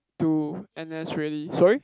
to N_S already sorry